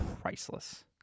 priceless